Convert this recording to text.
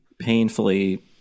painfully